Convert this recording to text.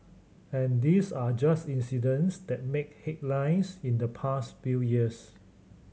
and these are just incidents that made headlines in the past few years